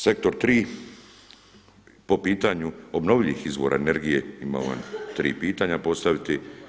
Sektor tri po pitanju obnovljivih izvora energije imam vam tri pitanja postaviti.